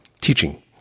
teaching